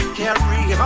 carry